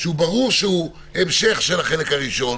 שברור שהוא המשך של החלק הראשון